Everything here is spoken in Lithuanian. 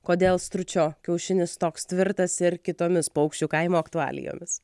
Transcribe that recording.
kodėl stručio kiaušinis toks tvirtas ir kitomis paukščių kaimo aktualijomis